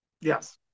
Yes